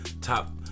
Top